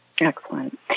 Excellent